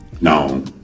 no